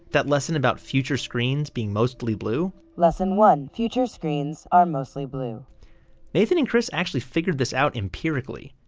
that lesson about future screens being mostly blue? lesson one, future screens are mostly blue nathan and chris actually figured this out empirically.